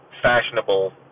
fashionable